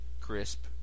crisp